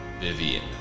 Vivian